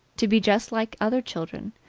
to be just like other children,